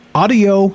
audio